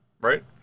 right